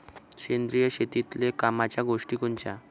सेंद्रिय शेतीतले कामाच्या गोष्टी कोनच्या?